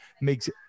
makes